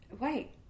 Wait